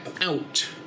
out